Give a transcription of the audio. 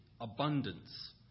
abundance